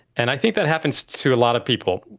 and i think that happens to a lot of people.